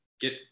get